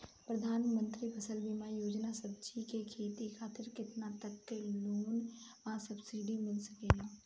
प्रधानमंत्री फसल बीमा योजना से सब्जी के खेती खातिर केतना तक के लोन आ सब्सिडी मिल सकेला?